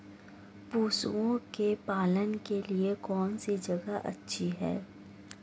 पशुओं के पालन के लिए कौनसी जगह अच्छी है?